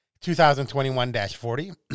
2021-40